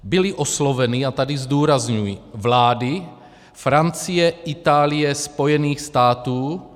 Byly osloveny a tady zdůrazňuji vlády Francie, Itálie, Spojených států.